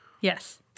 Yes